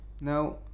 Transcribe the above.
Now